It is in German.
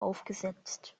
aufgesetzt